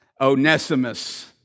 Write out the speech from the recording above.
Onesimus